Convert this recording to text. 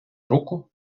руку